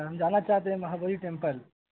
ہم جانا چاہتے ہیں مہا بلی ٹیمپل